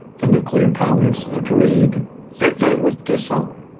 the nuclear powers agreed that they would disarm.